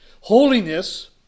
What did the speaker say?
Holiness